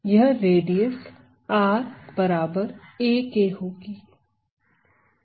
यह radius r बराबर a के होगी